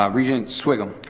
um regent sviggum.